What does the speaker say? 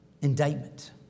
indictment